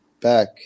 back